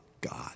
God